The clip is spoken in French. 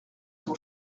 son